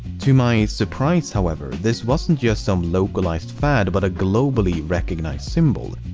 to my surprise, however, this wasn't just some localized fad but a globally recognized symbol.